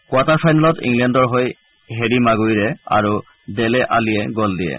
quarter ফাইনেলত ইংলেণ্ডৰ হৈ হেৰি মাগুইৰে আৰু ডেলে আলিয়ে গ'ল দিয়ে